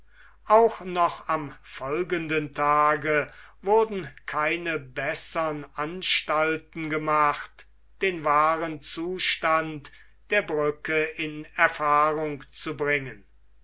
auch noch am folgenden tage wurden keine bessern anstalten gemacht den wahren zustand der brücke in erfahrung zu bringen